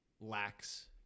lacks